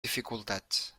dificultats